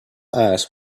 eyes